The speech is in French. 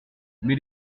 mais